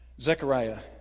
zechariah